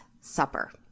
supper